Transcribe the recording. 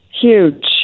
Huge